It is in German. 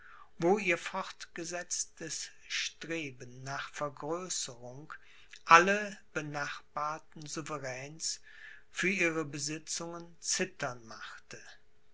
wo ihr fortgesetztes streben nach vergrößerung alle benachbarten souveräns für ihre besitzungen zittern machte